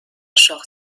short